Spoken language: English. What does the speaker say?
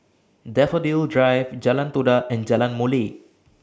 Daffodil Drive Jalan Todak and Jalan Molek